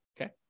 okay